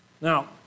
Now